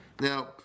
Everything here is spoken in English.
Now